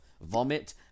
vomit